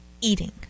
eating